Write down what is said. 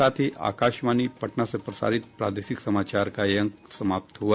इसके साथ ही आकाशवाणी पटना से प्रसारित प्रादेशिक समाचार का ये अंक समाप्त हुआ